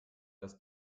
das